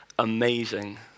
Amazing